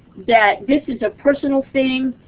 that this is a personal thing.